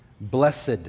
blessed